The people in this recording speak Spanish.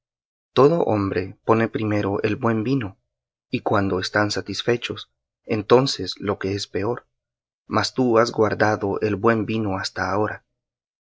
todo hombre pone primero el buen vino y cuando están satisfechos entonces lo que es peor mas tú has guardado el buen vino hasta ahora